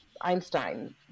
Einstein